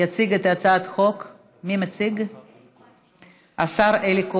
יציג את הצעת החוק השר אלי כהן.